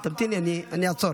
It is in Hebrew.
תמתיני, אני אעצור,